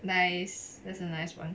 nice that's a nice one